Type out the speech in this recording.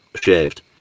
shaved